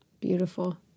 Beautiful